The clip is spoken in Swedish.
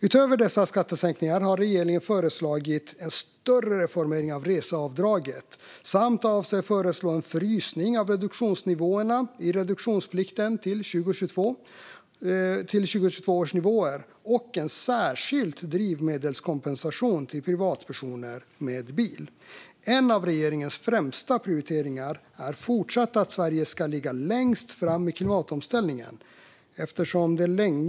Utöver dessa skattesänkningar har regeringen föreslagit en större reformering av reseavdraget samt avser att föreslå en frysning av reduktionsnivåerna i reduktionsplikten till 2022 års nivåer och en särskild drivmedelskompensation till privatpersoner med bil. En av regeringens främsta prioriteringar är fortsatt att Sverige ska ligga längst fram i klimatomställningen.